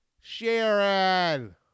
Sharon